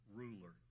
ruler